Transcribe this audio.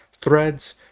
Threads